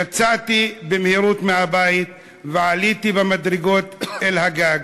יצאתי במהירות מהבית ועליתי במדרגות אל הגג.